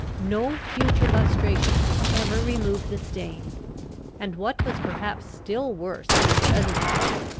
no future lustration could ever remove the stain and, what was perhaps still worse in the present case,